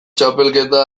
txapelketa